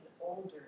older